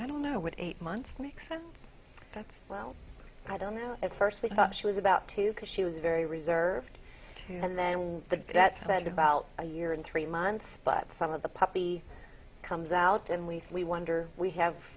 i don't know what eight months make sense that's well i don't know at first we thought she was about to because she was very reserved too and then the that said about a year and three months but some of the puppy comes out and we we wonder we have